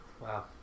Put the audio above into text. wow